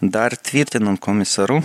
dar tvirtinant komisaru